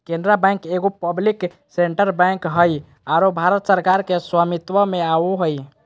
Canara bank एगो public sector bank हइ आरो भारत सरकार के स्वामित्व में आवो हइ